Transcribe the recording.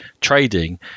trading